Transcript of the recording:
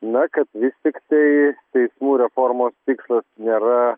na kad vis tiktai teismų reformos tikslas nėra